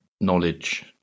knowledge